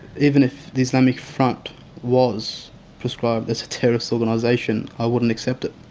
even if the islamic front was proscribed as a terrorist organisation, i wouldn't accept it.